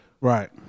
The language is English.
Right